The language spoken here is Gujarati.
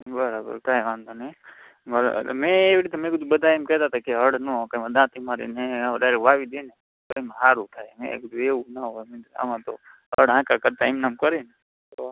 બરાબર કાંઇ વાંધો નહીં ભલે મેં એ રીતે બધા એમ કહેતા હતા કે હળ ના હંકાય દાંતી મારીને હવે ડાયરેક્ટ વાવી દઇએ ને તો એમ સારું થાય મેં કીધું એવું ના હોય આમાં તો હળ હાંકયા કરતાં એમને એમ કરીએ ને તો